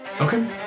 Okay